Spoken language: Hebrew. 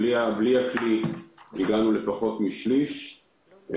בלי הכלי הגענו לפחות משליש,